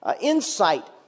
insight